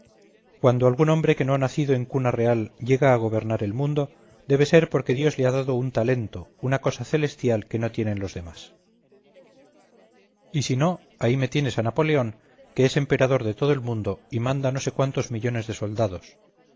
cuando algún hombre que no ha nacido en cuna real llega a gobernar el mundo debe ser por que dios le ha dado un talento una cosa celestial que no tienen los demás y si no ahí me tienes a napoleón que es emperador de todo el mundo y manda no sé cuántos millones de soldados